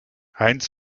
heinz